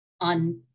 on